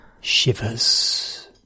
Shivers